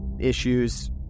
issues